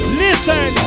listen